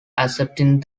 accepting